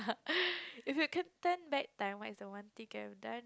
if you could turn back time what is the one thing you could have done